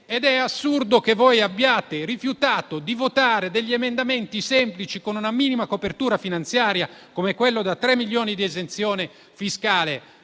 Ed è assurdo che voi abbiate rifiutato di votare degli emendamenti semplici, con una minima copertura finanziaria, come quello da tre milioni di esenzione fiscale